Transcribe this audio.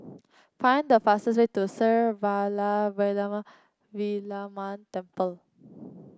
find the fastest way to Sri Vairavimada Kaliamman Temple